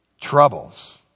troubles